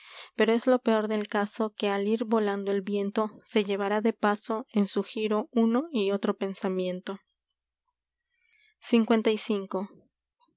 pero que se es lo peor del caso al ir volando el viento llevará de paso en su giro uno y otro pensamiento lv